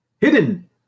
hidden